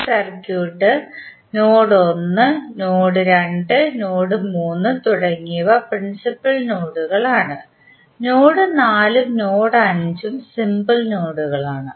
ഈ സർക്യൂട്ടിൽ നോഡ്1 നോഡ് 2 നോഡ് 3 തുടങ്ങിയവ പ്രിൻസിപ്പൽ നോഡുകൾ ആണ് നോഡ് 4 ഉം നോഡ് 5 ഉം സിംപിൾ നോഡുകളാണ്